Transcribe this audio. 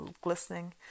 glistening